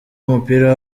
w’umupira